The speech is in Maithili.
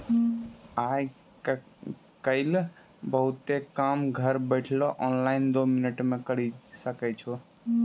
आय काइल बहुते काम घर बैठलो ऑनलाइन दो मिनट मे करी सकै छो